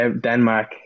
Denmark